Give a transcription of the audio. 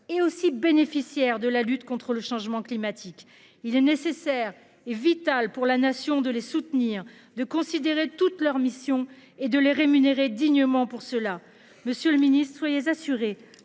et aussi bénéficiaire de la lutte contre le changement climatique. Il est nécessaire et vital pour la nation, de les soutenir de considérer toutes leurs missions et de les rémunérer dignement pour cela, Monsieur le Ministre, soyez assurés